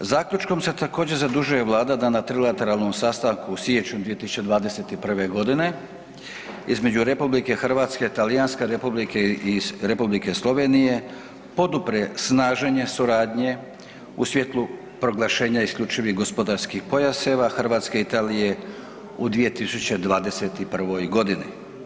Zaključkom se također zadužuje Vlada da na trilateralnom sastanku u siječnju 2021. g. između RH, Talijanske Republike i Republike Slovenije, podupre snaženje suradnje u svjetlu proglašenja isključivi gospodarskih pojaseva Hrvatske, Italije u 2021. godini.